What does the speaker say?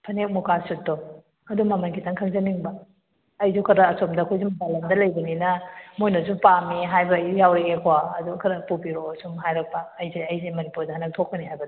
ꯐꯥꯅꯦꯛ ꯃꯨꯒꯥ ꯁꯨꯠꯇꯣ ꯑꯗꯨ ꯃꯃꯜ ꯈꯤꯇꯪ ꯈꯪꯖꯅꯤꯡꯕ ꯑꯩꯁꯨ ꯈꯔ ꯑꯁꯣꯝꯗ ꯑꯩꯈꯣꯏꯁꯨ ꯃꯄꯥꯟ ꯂꯝꯗ ꯂꯩꯕꯅꯤꯅ ꯃꯣꯏꯅꯁꯨ ꯄꯥꯝꯏ ꯍꯥꯏꯕ ꯌꯥꯎꯔꯛꯑꯦ ꯀꯣ ꯑꯗꯨ ꯈꯔ ꯄꯨꯕꯤꯔꯛꯑꯣ ꯁꯨꯝ ꯍꯥꯏꯔꯛꯄ ꯑꯩꯁꯦ ꯑꯩꯁꯦ ꯃꯅꯤꯄꯨꯔꯗ ꯍꯟꯗꯛ ꯊꯣꯛꯀꯅꯤ ꯍꯥꯏꯕꯗ